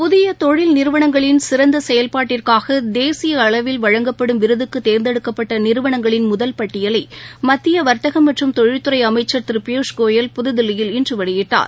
புதிய தொழில் நிறுவனங்களின் சிறந்த செயல்பாட்டிற்காக தேசிய அளவில் வழங்கப்படும் தேர்ந்தெடுக்கப்பட்ட நிறுவனங்களின் முதல் பட்டியலை மத்திய வர்த்தகம் மற்றும் தொழில்துறை அமைச்சர் திரு பியூஷ் கோயல் புதுதில்லியில் இன்று வெளியிட்டார்